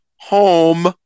home